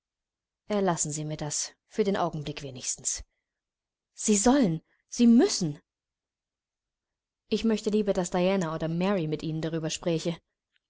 erlassen sie mir das für den augenblick wenigstens sie sollen sie müssen ich möchte lieber daß diana oder mary mit ihnen darüber spräche